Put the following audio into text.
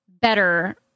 better